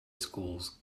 schools